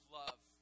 love